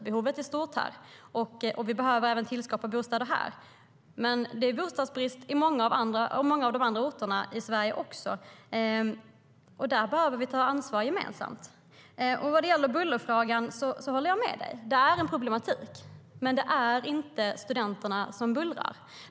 Behovet är stort i Stockholm, absolut, och det behöver tillskapas bostäder här, men det är bostadsbrist också på många andra orter i Sverige. Därför behöver vi ta ett gemensamt ansvar. Vad gäller bullerfrågan håller jag med dig: Det är en problematik. Men det är inte studenterna som bullrar.